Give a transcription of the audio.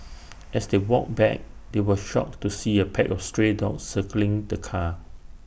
as they walked back they were shocked to see A pack of stray dogs circling the car